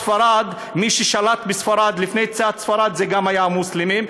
מי ששלט בספרד לפני יציאת ספרד זה גם היה המוסלמים,